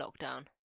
lockdown